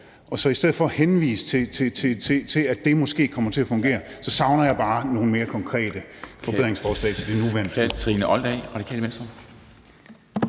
i stedet for at man henviser til, at det måske kommer til at fungere, savner jeg bare nogle mere konkrete forbedringsforslag til det nuværende